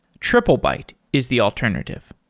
triplebyte is the alternative.